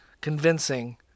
convincing